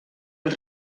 els